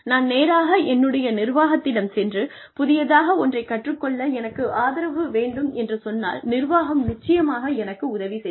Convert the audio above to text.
நான் நேராக என்னுடைய நிர்வாகத்திடம் சென்று புதியதாக ஒன்றை கற்றுக்கொள்ள எனக்கு ஆதரவு வேண்டும் என்று சொன்னால் நிர்வாகம் நிச்சயமாக எனக்கு உதவி செய்யும்